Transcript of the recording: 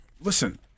Listen